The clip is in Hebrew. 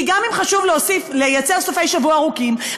כי גם אם חשוב לייצר סופי-שבוע ארוכים,